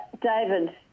David